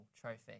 Trophy